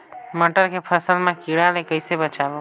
मटर के फसल मा कीड़ा ले कइसे बचाबो?